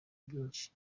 vyinshi